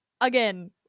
again